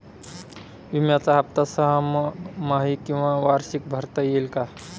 विम्याचा हफ्ता सहामाही किंवा वार्षिक भरता येईल का?